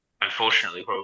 unfortunately